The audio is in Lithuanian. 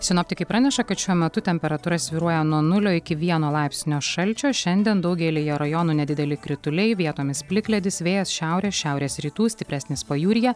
sinoptikai praneša kad šiuo metu temperatūra svyruoja nuo nulio iki vieno laipsnio šalčio šiandien daugelyje rajonų nedideli krituliai vietomis plikledis vėjas šiaurės šiaurės rytų stipresnis pajūryje